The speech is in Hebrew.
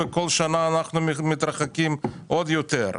וכל שנה אנחנו מתרחקים עוד יותר.